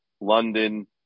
London